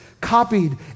copied